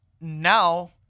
Now